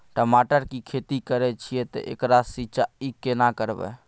टमाटर की खेती करे छिये ते एकरा सिंचाई केना करबै?